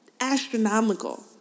astronomical